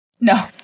No